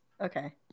okay